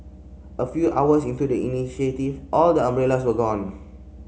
a few hours into the initiative all the umbrellas were gone